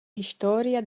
historia